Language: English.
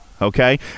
okay